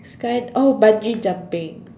sky oh bungee jumping